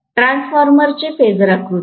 ट्रान्सफॉर्मरचे फेजरआकृती